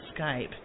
Skype